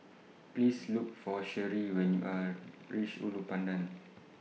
Please Look For Sheree when YOU REACH Ulu Pandan